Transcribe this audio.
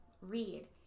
read